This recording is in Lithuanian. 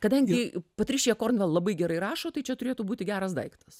kadangi patrišija kornvel labai gerai rašo tai čia turėtų būti geras daiktas